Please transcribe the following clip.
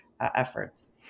efforts